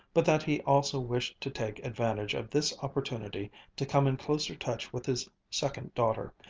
but that he also wished to take advantage of this opportunity to come in closer touch with his second daughter,